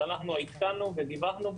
שאנחנו עדכנו ודיווחנו,